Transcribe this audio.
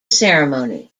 ceremony